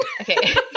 Okay